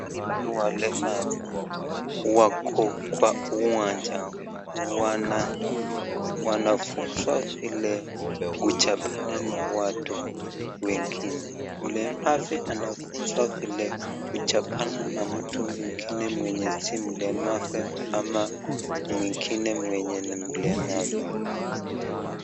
Ni walemavu wako kwa uwanja, wanafunzwa vile kuchapana na watu wengine. Mlemavu anafunzwa vile kuchapana na mtu mwingine mwenye si mlemavu ama mwingine mwenye ni mlemavu.